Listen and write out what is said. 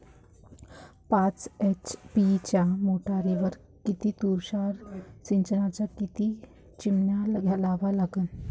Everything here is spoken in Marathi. पाच एच.पी च्या मोटारीवर किती तुषार सिंचनाच्या किती चिमन्या लावा लागन?